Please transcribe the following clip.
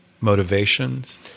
motivations